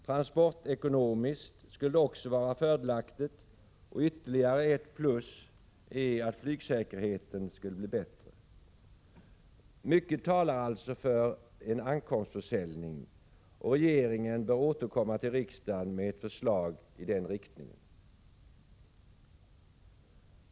Transportekonomiskt skulle det också vara fördelaktigt, och ytterligare ett plus är att flygsäkerheten skulle bli bättre. Mycket talar alltså för en ankomstförsäljning, och regeringen bör återkomma till riksdagen med ett förslag i den riktningen.